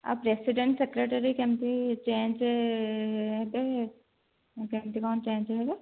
ଆଉ president secretary କେମିତି change ହେବେ କେମିତି କ'ଣ ଚେଞ୍ଜ୍ ହେବେ